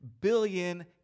billion